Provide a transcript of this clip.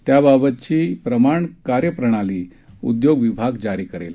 त्याबाबतची प्रमाण कार्यप्रणाली उदयोग विभाग जारी करेल